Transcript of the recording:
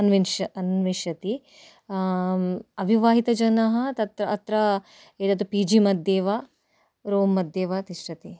अन्विन्ष अन्विषति अविवाहितजनाः तत्र अत्र यदत् पिजि मध्ये वा रूम् मध्ये वा तिष्ठति